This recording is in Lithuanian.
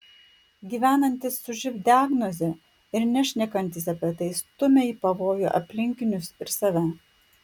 gyvenantys su živ diagnoze ir nešnekantys apie tai stumia į pavojų aplinkinius ir save